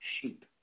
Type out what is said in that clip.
Sheep